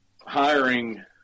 hiring